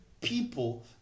people